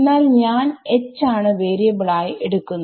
എന്നാൽ ഞാൻ Hആണ് വാരിയബിൾ ആയി എടുക്കുന്നത്